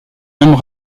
mêmes